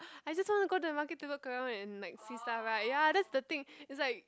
I just wanna go to the market to look around and like see stuff right ya that's the thing it's like